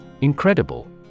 Incredible